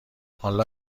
حالا